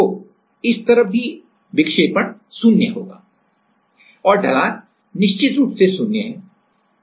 तो इस तरफ भी होगा विक्षेपण 0 है और ढलान निश्चित रूप से शून्य है